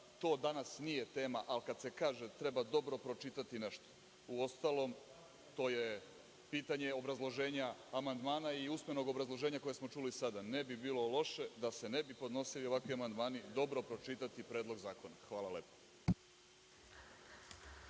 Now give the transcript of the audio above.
danas nije tema, ali kad se kaže, treba dobro pročitati nešto. Uostalom, to je pitanje obrazloženja amandmana i usmenog obrazloženja koje smo čuli sada. Ne bi bilo loše, da se ne bi podnosili ovakvi amandmani, dobro pročitati predlog zakona. Hvala lepo.